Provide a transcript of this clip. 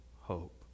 hope